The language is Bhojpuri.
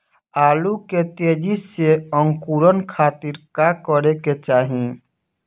आलू के तेजी से अंकूरण खातीर का करे के चाही?